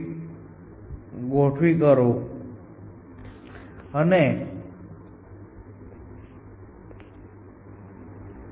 તમે જોઈ શકો છો કે હું A થી A C થી C અને G થી G ની બરાબરી કરી શકું છું પરંતુ હવે મારી પાસે અહીં T અને C છે હવે હું શું કરું છું